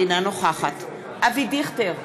אינה נוכחת אברהם דיכטר,